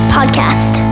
Podcast